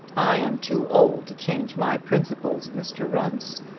i am too old to change my principles, mr. runce.